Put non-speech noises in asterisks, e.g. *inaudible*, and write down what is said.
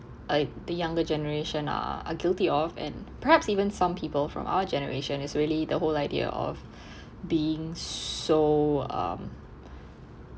*noise* the younger generation are are guilty of and perhaps even some people from our generation is really the whole idea of *breath* being so um